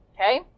Okay